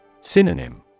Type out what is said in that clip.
Synonym